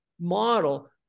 model